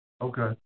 Okay